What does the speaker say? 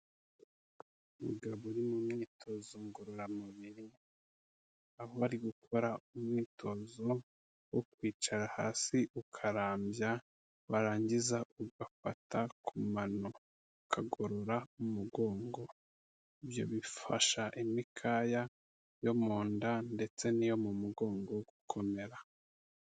Umugabo uri mu myitozo ngororamubiri, aho ari gukora umwitozo wo kwicara hasi ukarambya warangiza ugafata ku mano ukagorora umugongo, ibyo bifasha imikaya yo mu nda ndetse n'iyo mu mugongo gukomera.